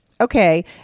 okay